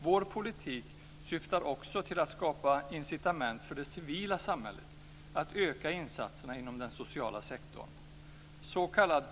Vår politik syftar också till att skapa incitament för det civila samhället att öka insatserna inom den sociala sektorn.